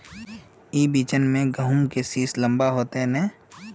ई बिचन में गहुम के सीस लम्बा होते नय?